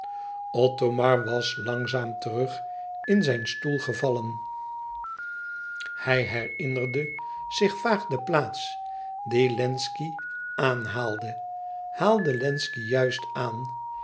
othomar was langzaam terug in zijn stoel gevallen hij herinnerde zich vaag de plaats die wlenzci aanhaalde haalde wlenzci juist aan